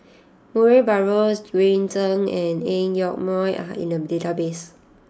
Murray Buttrose Green Zeng and Ang Yoke Mooi are in the database